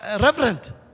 reverend